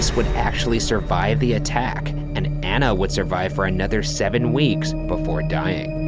would actually survive the attack. and anna would survive for another seven weeks before dying.